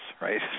right